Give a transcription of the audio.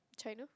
China